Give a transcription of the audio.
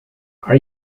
are